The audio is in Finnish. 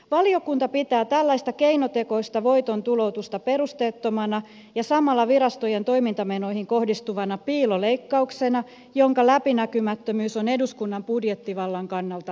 valiokunta pitää tällaista keinotekoista voiton tuloutusta perusteettomana ja samalla virastojen toimintamenoihin kohdistuvana piiloleikkauksena jonka läpinäkymättömyys on eduskunnan budjettivallan kannalta ongelmallista